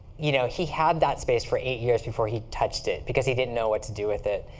you know he had that space for eight years before he touched it, because he didn't know what to do with it.